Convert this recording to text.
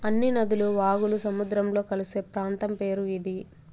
అన్ని నదులు వాగులు సముద్రంలో కలిసే ప్రాంతం పేరు ఇది